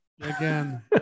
again